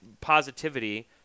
positivity